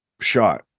shot